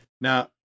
Now